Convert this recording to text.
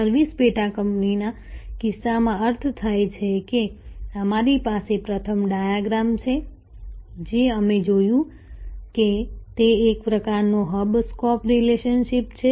service પેટાકંપનીના કિસ્સામાં અર્થ થાય છે કે અમારી પાસે પ્રથમ ડાયાગ્રામ છે જે અમે જોયું કે તે એક પ્રકારનો હબ સ્પોક રિલેશનશિપ છે